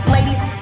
Ladies